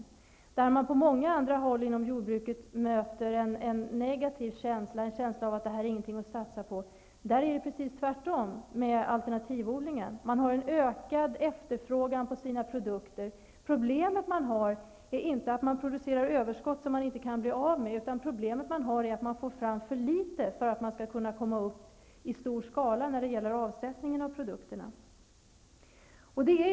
Medan man på många andra håll inom jordbruket möter en negativ känsla, en känsla av att jordbruk inte är någonting att satsa på, är det precis tvärtom med alternativodlingen. Man har en ökad efterfrågan på sina produkter. Problemet är inte att man producerar överskott som man inte kan bli av med, utan att man får fram för litet för att kunna komma fram i stor skala när det gäller avsättningen av produkterna.